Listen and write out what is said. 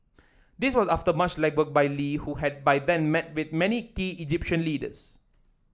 this was after much legwork by Lee who had by then met with many key Egyptian leaders